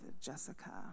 Jessica